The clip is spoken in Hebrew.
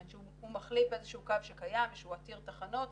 שהוא מחליף איזה שהוא קו קיים ועתיר תחנות,